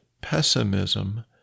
pessimism